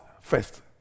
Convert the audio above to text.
first